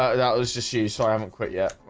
ah that was just you so i haven't quit yet.